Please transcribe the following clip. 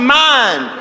mind